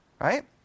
right